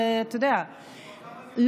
אתה יודע,